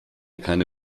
keine